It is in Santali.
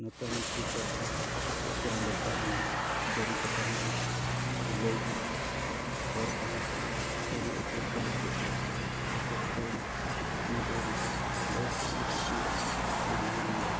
ᱱᱮᱛᱟ ᱢᱚᱱᱛᱨᱤ ᱠᱚᱣᱟᱜ ᱮᱯᱮᱨᱼᱦᱮᱸᱰᱮᱡ ᱛᱟᱦᱮᱱᱟ ᱥᱟᱹᱨᱤ ᱠᱟᱛᱷᱟ ᱦᱚᱸ ᱠᱚ ᱞᱟᱹᱭ ᱜᱮᱭᱟ ᱵᱟᱨ ᱯᱟᱦᱴᱟ ᱠᱷᱚᱱ ᱥᱟᱹᱨᱤ ᱮᱯᱲᱮ ᱪᱟᱹᱞᱩ ᱠᱚᱜ ᱜᱮᱭᱟ ᱦᱤᱥᱟᱹᱵᱽ ᱛᱮ ᱚᱱᱟ ᱫᱚ ᱰᱷᱮᱨ ᱛᱮᱫ ᱤᱧ ᱠᱩᱥᱤᱭᱟᱜᱼᱟ ᱟᱨᱤᱧ ᱧᱮᱞ ᱜᱮᱭᱟ